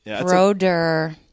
Broder